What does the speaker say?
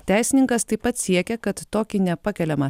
teisininkas taip pat siekia kad tokį nepakeliamą